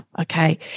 Okay